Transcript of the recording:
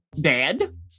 dad